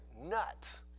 nuts